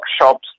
workshops